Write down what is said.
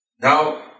Now